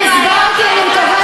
אני הסברתי, אני מקווה